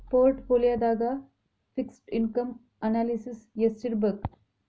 ಪೊರ್ಟ್ ಪೋಲಿಯೊದಾಗ fixed income analysis ಯೆಸ್ಟಿರ್ಬಕ್?